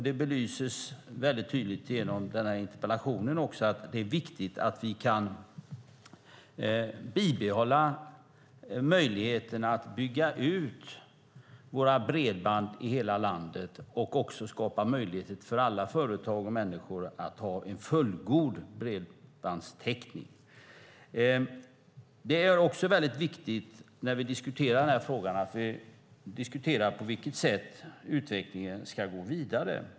Det belyses också väldigt tydligt genom den här interpellationen att det är viktigt att vi kan bibehålla möjligheten att bygga ut våra bredband i hela landet och även skapa möjligheter för alla företag och människor att ha en fullgod bredbandstäckning. Det är också väldigt viktigt när vi diskuterar denna fråga att vi diskuterar på vilket sätt utvecklingen ska gå vidare.